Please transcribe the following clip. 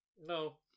No